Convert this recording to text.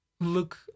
look